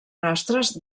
rastres